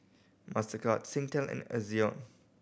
Mastercard Singtel and Ezion